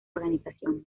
organizaciones